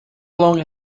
long